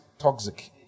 toxic